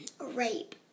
Rape